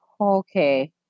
okay